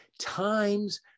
times